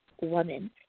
woman